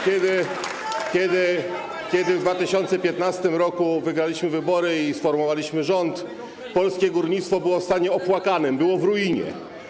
Kiedy w 2015 r. wygraliśmy wybory i sformowaliśmy rząd, polskie górnictwo było w stanie opłakanym, było w ruinie.